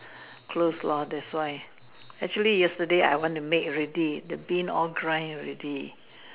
close lor that's why actually yesterday I want to make already the Bean all grind already